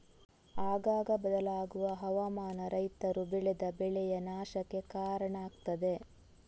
ಆಗಾಗ ಬದಲಾಗುವ ಹವಾಮಾನ ರೈತರು ಬೆಳೆದ ಬೆಳೆಯ ನಾಶಕ್ಕೆ ಕಾರಣ ಆಗ್ತದೆ